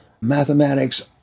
mathematics